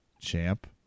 Champ